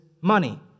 money